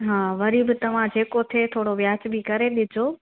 हा वरी बि तव्हां जेको हुजे वाजुबी करे ॾिजो